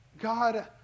God